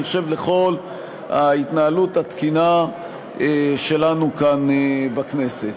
אני חושב שלכל ההתנהלות התקינה שלנו כאן בכנסת.